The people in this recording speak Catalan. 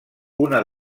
una